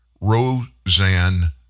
Roseanne